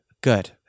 good